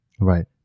Right